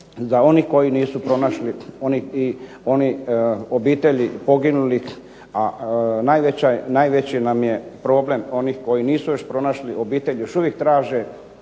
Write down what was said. da oni koji nisu pronašli, oni obitelji poginulih, a najveći nam je problem onih koji nisu još pronašli obitelj još uvijek traže